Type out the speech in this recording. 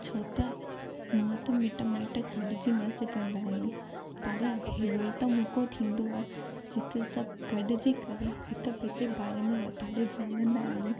छो त हुअं त मिटु माइटु गॾिजी न असां कंदा आहियूं पर अहिड़ो ई त मौको थींदो आहे जिते सभु गॾिजी करे हिक ॿिए जे बारे में वाधारे ॼाणंदा आहियूं